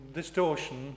distortion